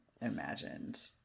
imagined